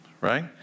right